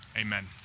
Amen